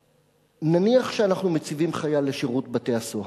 נניח שאנחנו מציבים חייל בשירות בתי-הסוהר.